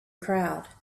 crowd